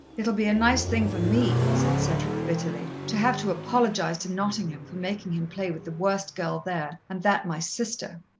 it'll be a nice thing for me, said cedric bitterly, to have to apologize to nottingham for making him play with the worst girl there, and that my sister.